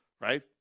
Right